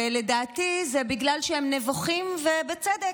לדעתי זה בגלל שהם נבוכים, ובצדק.